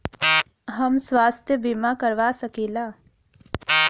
हम स्वास्थ्य बीमा करवा सकी ला?